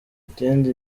ikindi